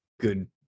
good